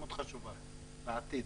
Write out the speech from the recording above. היא מאוד חשובה לעתיד.